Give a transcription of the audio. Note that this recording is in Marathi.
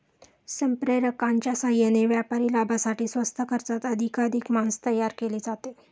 संप्रेरकांच्या साहाय्याने व्यापारी लाभासाठी स्वस्त खर्चात अधिकाधिक मांस तयार केले जाते